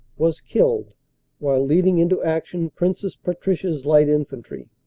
was killed while leading into action princess patricia's light infantry.